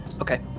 Okay